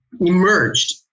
emerged